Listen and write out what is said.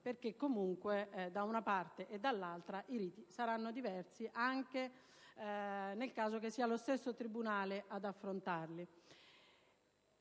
perché comunque da una parte e dall'altra i riti saranno diversi anche nel caso che sia lo stesso tribunale ad affrontarli;